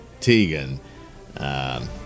Teigen